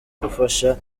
gufasha